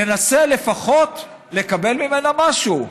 ננסה לפחות לקבל ממנה משהו,